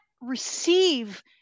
receive